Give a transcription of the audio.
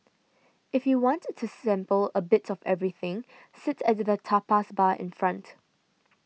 if you want to sample a bit of everything sit at the tapas bar in front